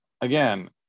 again